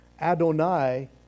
Adonai